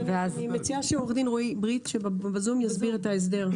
אני מציעה שעו"ד רועי ברית שבזום יסביר את ההסדר.